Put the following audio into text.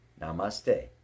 Namaste